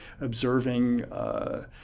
observing